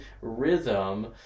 rhythm